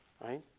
right